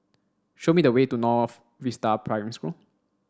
show me the way to North Vista Primary School